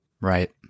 Right